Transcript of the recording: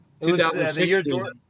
2016